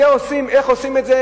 איך עושים את זה?